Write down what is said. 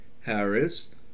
Harris